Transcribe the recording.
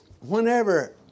Whenever